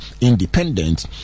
independent